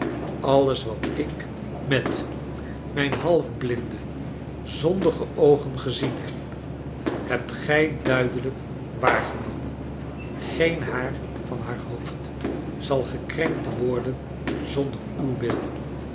alles wat ik met mijn half blinde zondige oogen gezien heb hebt gij duidelrjk waargenomen geen haar van haar hoofd zal gekrenkt worden zonder uw wil